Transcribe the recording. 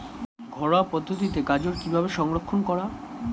ঘরোয়া পদ্ধতিতে গাজর কিভাবে সংরক্ষণ করা?